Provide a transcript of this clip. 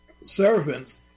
servants